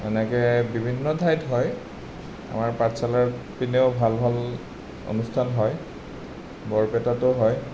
এনেকে বিভিন্ন ঠাইত হয় আমাৰ পাঠশালাৰ পিনেও ভাল ভাল অনুষ্ঠান হয় বৰপেটাতো হয়